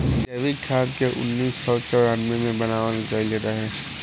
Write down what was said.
जैविक खाद के उन्नीस सौ चौरानवे मे बनावल गईल रहे